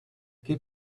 keep